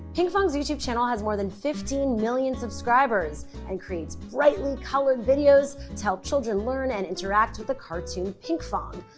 pink pongs youtube channel has more than fifteen million subscribers and creates brightly coloured videos to help children learn and interact with the cartoon pink pong.